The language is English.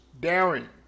daring